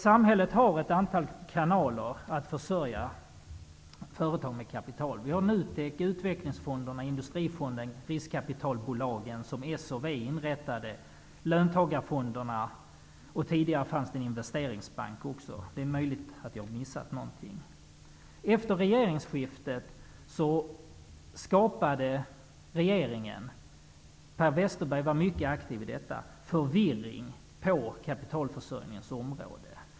Samhället har ett antal kanaler för att försörja företagen med kapital. Vi har NUTEK, utvecklingsfonderna, Industrifonden, riskkapitalbolagen som s och v inrättade, löntagarfonderna, och tidigare fanns det också en investeringsbank. Det är möjligt att jag har missat någonting. Efter regeringsskiftet skapade den nya regeringen -- Per Westerberg var mycket aktiv i detta -- förvirring på kapitalförsörjningens område.